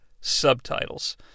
subtitles